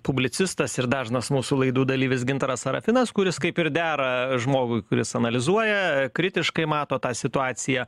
publicistas ir dažnas mūsų laidų dalyvis gintaras sarafinas kuris kaip ir dera žmogui kuris analizuoja kritiškai mato tą situaciją